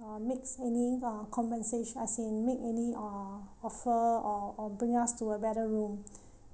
uh makes any uh compensation as in make any uh offer or or bring us to a better room